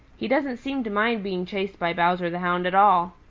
he doesn't seem to mind being chased by bowser the hound at all.